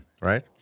right